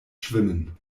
schwimmen